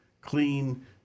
clean